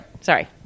sorry